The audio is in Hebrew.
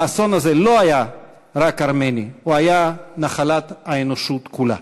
היה רק ארמני, הוא היה נחלת האנושות כולה.